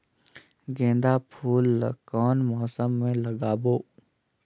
गेंदा फूल ल कौन मौसम मे लगाबो?